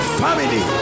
family